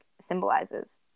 symbolizes